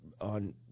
on